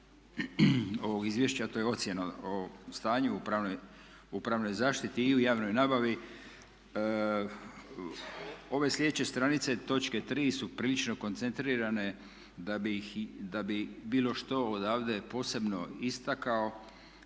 ovog izvješća, a to je ocjena o stanju u pravnoj zaštiti u javnoj nabavi. Ove slijedeće stranice, točke 3.su prilično koncentrirane da bi bilo što odavde posebno istakao